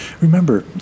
remember